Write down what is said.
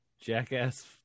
Jackass